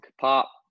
pop